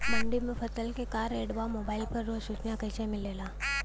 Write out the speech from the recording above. मंडी में फसल के का रेट बा मोबाइल पर रोज सूचना कैसे मिलेला?